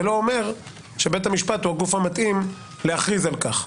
זה לא אומר שבית המשפט הוא הגוף המתאים להכריז על כך.